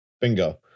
Bingo